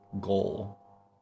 goal